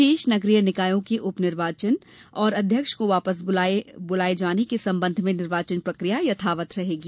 शेष नगरीय निकायों के उप निर्वाचन एवं अध्यक्ष को वापस बुलाने के संबंध में निर्वाचन प्रक्रिया यथावत रहेगी